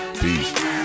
Peace